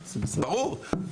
ברור,